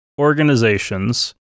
organizations